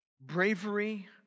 bravery